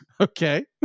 Okay